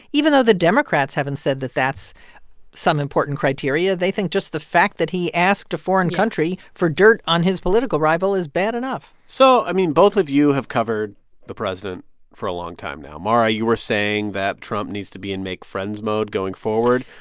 even though the democrats haven't said that that's some important criteria, they think just the fact that he asked a foreign country for dirt on his political rival is bad enough so, i mean, both of you have covered the president for a long time now. mara, you were saying that trump needs to be in make-friends mode going forward.